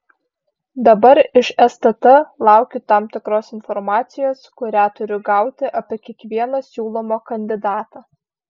dabar iš stt laukiu tam tikros informacijos kurią turiu gauti apie kiekvieną siūlomą kandidatą